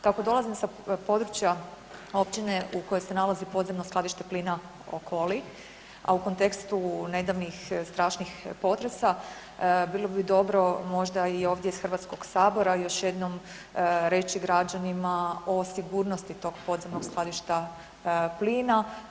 Kako dolazim sa područja općine u kojoj se nalazi podzemno skladište plina Okoli, a u kontekstu nedavnih strašnih potresa bilo bi dobro možda i ovdje iz Hrvatskog sabora još jednom reći građanima o sigurnosti tog podzemnog skladišta plina.